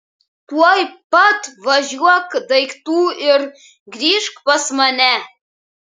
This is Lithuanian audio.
tuoj pat važiuok daiktų ir grįžk pas mane